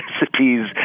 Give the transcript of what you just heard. recipes